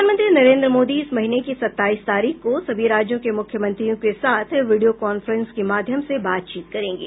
प्रधानमंत्री नरेन्द्र मोदी इस महीने की सत्ताईस तारीख को सभी राज्यों के मुख्यमंत्रियों के साथ वीडियो कांफ्रेंस के माध्यम से बातचीत करेंगे